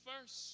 first